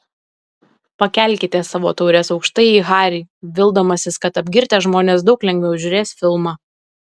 pakelkite savo taures aukštai į harį vildamasis kad apgirtę žmonės daug lengviau žiūrės filmą